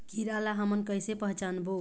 कीरा ला हमन कइसे पहचानबो?